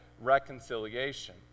reconciliation